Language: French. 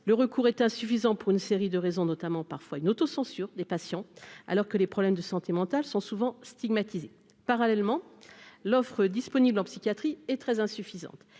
le recours est insuffisant pour une série de raisons notamment parfois une autocensure des patients alors que les problèmes de santé mentale sont souvent stigmatisés parallèlement l'offre disponible en psychiatrie est très insuffisante,